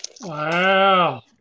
Wow